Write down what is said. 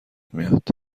میاد